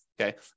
Okay